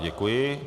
Děkuji.